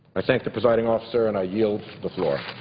i thank the presiding officer and i yield the floor.